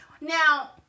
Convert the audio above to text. Now